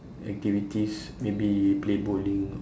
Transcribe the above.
activities maybe play bowling